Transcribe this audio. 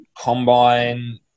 combine